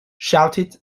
shouted